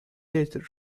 later